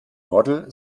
model